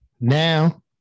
Now